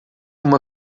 uma